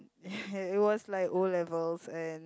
it was like O-levels and